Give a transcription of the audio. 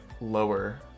lower